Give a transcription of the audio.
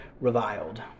reviled